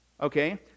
Okay